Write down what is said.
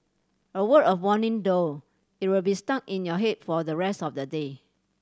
a word of warning though it will be stuck in your head for the rest of the day